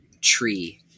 tree